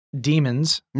demons